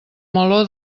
meló